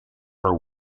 her